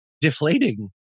deflating